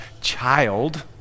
child